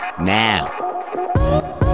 Now